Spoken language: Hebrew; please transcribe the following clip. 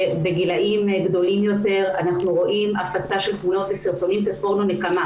שבגילים גדולים יותר אנחנו רואים הפצה של תמונות וסרטונים כפורנו נקמה.